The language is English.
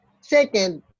Second